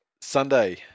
Sunday